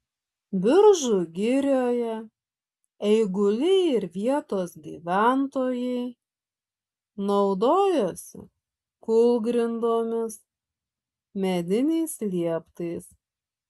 biržų girioje eiguliai ir vietos gyventojai naudojosi kūlgrindomis mediniais lieptais